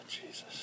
Jesus